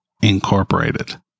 Incorporated